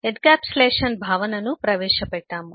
encapsulation భావనను ప్రవేశపెట్టాము